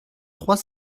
trois